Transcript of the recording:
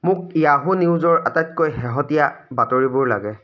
মোক য়াহু নিউজৰ আটাইতকৈ শেহতীয়া বাতৰিবোৰ লাগে